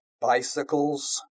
bicycles